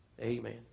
Amen